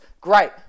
Great